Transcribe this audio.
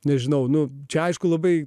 nežinau nu čia aišku labai